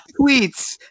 tweets